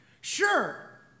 Sure